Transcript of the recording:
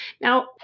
Now